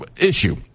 issue